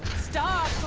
style